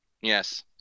Yes